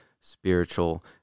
spiritual